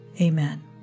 Amen